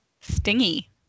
stingy